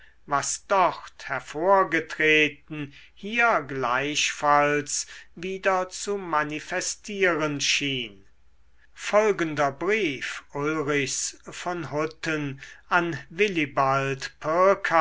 was dort hervorgetreten hier gleichfalls wieder zu manifestieren schien folgender brief ulrichs von hutten an